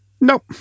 Nope